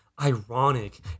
Ironic